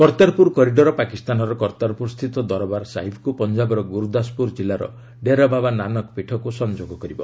Kartarpur corridor ପାକିସ୍ତାନର କର୍ତ୍ତାରପୁରସ୍ଥିତ ଦରବାର ସାହିବକୁ ପଞ୍ଜାବର ଗୁରୁଦାସପୁର ଜିଲ୍ଲାର ଡେରାବାବା ନାନକ ପୀଠକୁ ସଂଯୋଗ କରିବ